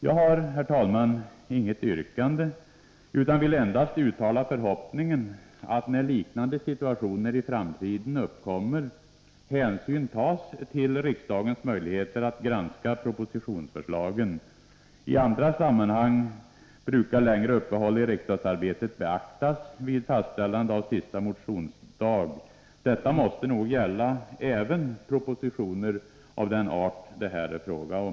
Jag har, herr talman, inget yrkande utan vill endast uttala förhoppningen att, när liknande situationer i framtiden uppkommer, hänsyn tas till riksdagens möjligheter att granska propositionsförslagen. I andra sammanhang brukar längre uppehåll i riksdagsarbetet beaktas vid fastställande av sista motionsdag. Detta måste nog gälla även propositioner av den art som det här är fråga om.